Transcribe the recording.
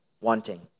wanting